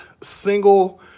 single